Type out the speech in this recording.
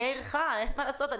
עניי עירך קודמים.